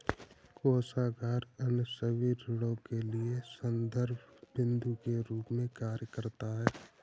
कोषागार अन्य सभी ऋणों के लिए संदर्भ बिन्दु के रूप में कार्य करता है